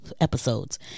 episodes